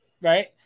right